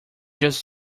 just